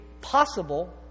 possible